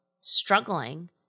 struggling